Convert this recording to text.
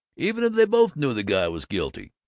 even if they both knew the guy was guilty!